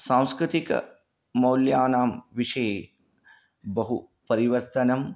सांस्कृतिकमौल्यानां विषये बहु परिवर्तनम्